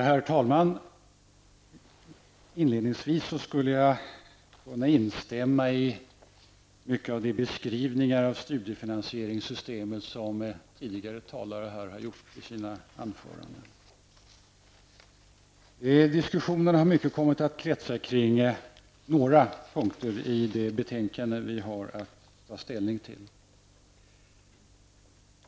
Herr talman! Inledningsvis kan jag säga att jag i mångt och mycket instämmer i de beskrivningar av studiefinansieringssystemet som tidigare talare här har gett i sina anföranden. Diskussionen har mycket kommit att kretsa kring några punkter i det betänkande som vi nu har att ta ställning till.